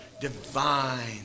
divine